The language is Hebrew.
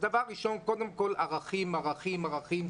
דבר ראשון, קודם כל, ערכים, ערכים, ערכים.